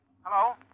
Hello